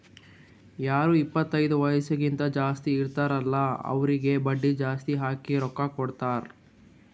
ಯಾರು ಇಪ್ಪತೈದು ವಯಸ್ಸ್ಕಿಂತಾ ಜಾಸ್ತಿ ಇರ್ತಾರ್ ಅಲ್ಲಾ ಅವ್ರಿಗ ಬಡ್ಡಿ ಜಾಸ್ತಿ ಹಾಕಿನೇ ರೊಕ್ಕಾ ಕೊಡ್ತಾರ್